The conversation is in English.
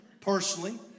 personally